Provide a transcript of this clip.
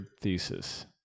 thesis